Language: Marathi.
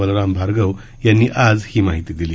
बलराम भार्गव यांनी आज ही माहिती दिली